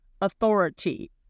authority